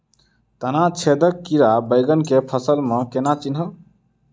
तना छेदक कीड़ा बैंगन केँ फसल म केना चिनहब?